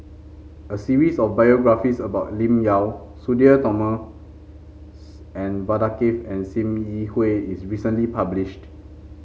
a series of biographies about Lim Yau Sudhir Thomas and Vadaketh and Sim Yi Hui was recently published